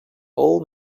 old